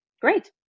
great